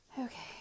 Okay